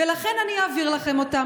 ולכן אני אעביר לכם אותם,